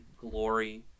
glory